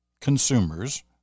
consumers